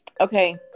okay